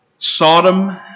Sodom